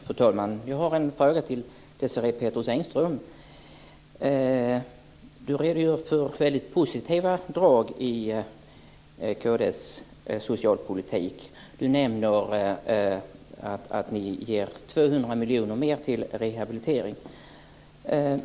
Fru talman! Jag har en fråga till Desirée Pethrus Engström. Hon redogör för väldigt positiva drag i kd:s socialpolitik, och hon nämner att kd ger 200 miljoner mer till rehabilitering.